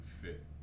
fit